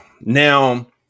now